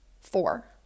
Four